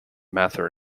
mather